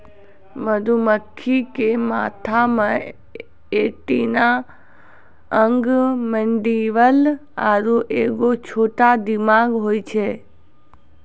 मधुमक्खी के माथा मे एंटीना अंक मैंडीबल आरु एगो छोटा दिमाग होय छै